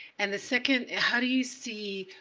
and the second, how do you see